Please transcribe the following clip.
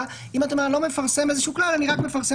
אם אתה אומר שאתה לא מפרסם איזשהו כלל אלא רק פרשנות,